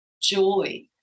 joy